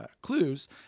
clues